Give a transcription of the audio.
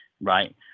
right